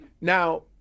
now